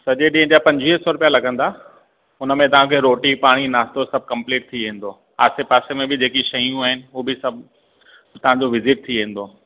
सजे ॾींहं जा पंजुवीह सौ रुपिया लॻंदा हुनमें तव्हांखे रोटी पाणी नाश्तो सभु कंपलीट थी वेंदो आसे पासे में बि जेकी शयूं आहिनि उहे बि सभु तव्हांजो विज़ीट थी वेंदो